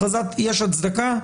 יש הצדקה?